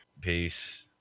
Peace